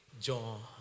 John